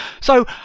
So-